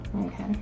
Okay